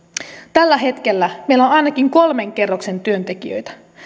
tällä hetkellä meillä on on ainakin kolmen kerroksen työntekijöitä